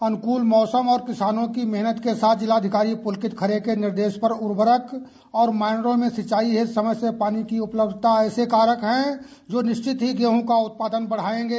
अनुकूल मौसम और किसानों की मेहनत के साथ जिलाधिकारी पुलकित खरे के निर्देश पर उर्वरक और माइनरों में सिंचाई हेतू समय से पानी की उपलब्धता ऐसे कारक हैं जो निश्चित ही गेहूं का उत्पादन बढ़ाएंगे